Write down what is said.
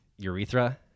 Urethra